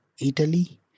Italy